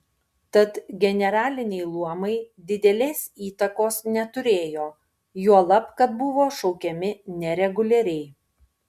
tad generaliniai luomai didelės įtakos neturėjo juolab kad buvo šaukiami nereguliariai